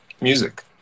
music